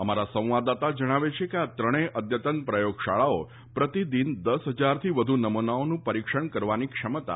અમારા સંવાદદાતા જણાવે છે કે આ ત્રણેય અદ્યતન પ્રયોગશાળાઓ પ્રતિદિન દસ હજારથી વધુ નમૂનાઓનું પરિક્ષણ કરવાની ક્ષમતા ધરાવે છે